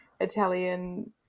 Italian